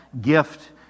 gift